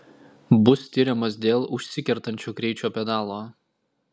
bus tiriamas dėl užsikertančio greičio pedalo